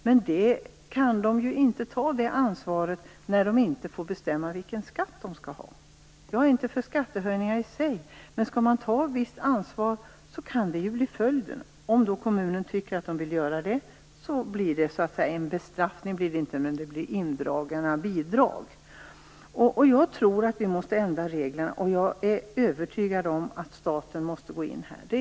Men de kan inte ta det ansvaret när de inte får bestämma vilken skatt de skall ha. Jag är inte för skattehöjningar i sig, men skall de ta ett visst ansvar kan det bli följden. Om kommunen tycker att man vill höja skatten blir det indragna bidrag. Jag tror att vi måste ändra reglerna. Jag är övertygad om att staten måste gå in.